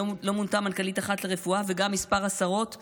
לא מונתה מנכ"לית אחת לרפואה, וגם מספר השרות ירד,